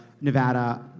Nevada